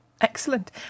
Excellent